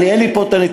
אין לי פה נתונים.